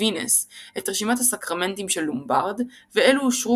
אקווינס את רשימת הסקרמנטים של לומבארד ואלו אושרו